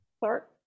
Clark